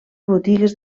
botigues